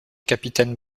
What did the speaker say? capitaine